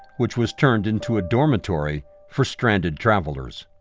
which was turned into a dormitory for stranded travelers.